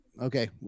okay